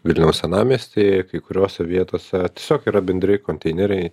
vilniaus senamiestyje kai kuriose vietose tiesiog yra bendri konteineriai